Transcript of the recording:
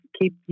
keep